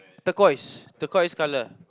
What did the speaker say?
turquoise turquoise colour